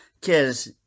cause